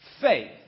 faith